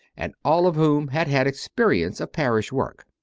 and all of whom had had experience of parish work.